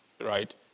right